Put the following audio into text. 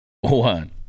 one